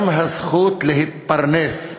גם הזכות להתפרנס.